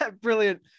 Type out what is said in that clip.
brilliant